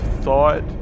thought